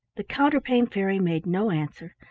the counterpane fairy made no answer.